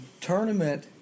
tournament